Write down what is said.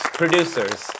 producers